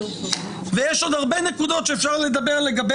יש עוד הרב הנקודות שאפשר לדבר לגבי